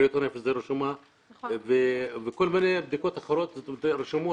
בריאות הנפש זה רשומה וכל מיני בדיקות אחרות זה רשומות,